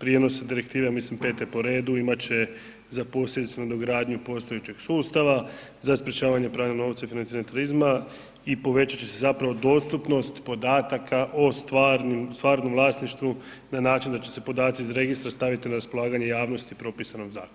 prijenose direktive, ja mislim 5 po redu imat će za posljedicu nadogradnju postojećeg sustava za sprječavanje pranja novca i financiranja terorizma i povećat će se zapravo dostupnost podataka o stvarnom vlasništvu na način da će se podaci iz registra staviti na raspolaganje javnosti u propisanom zakonu.